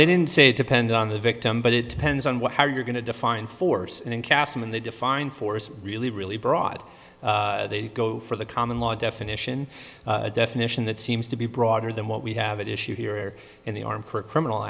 they didn't say depend on the victim but it depends on what how you're going to define force in castleman they define force really really broad they go for the common law definition a definition that seems to be broader than what we have issue here in the arm criminal